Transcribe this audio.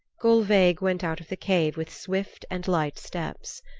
gulveig went out of the cave with swift and light steps.